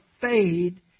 fade